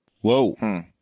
Whoa